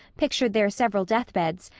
pictured their several death beds,